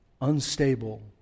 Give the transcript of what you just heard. unstable